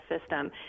system